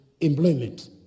employment